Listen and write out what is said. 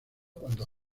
cuando